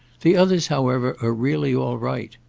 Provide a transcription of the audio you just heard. the others however are really all right.